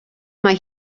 mae